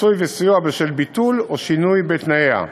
(פיצוי וסיוע בשל ביטול טיסה או שינוי בתנאיה),